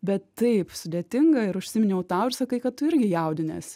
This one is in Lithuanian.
bet taip sudėtinga ir užsiminiau tau ir sakai kad tu irgi jaudinies